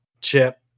Chip